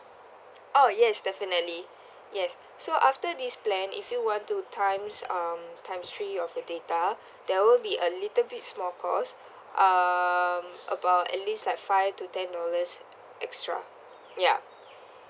orh yes definitely yes so after this plan if you want to times um times three of the data there will be a little bit small cost um about at least like five to ten dollars extra yup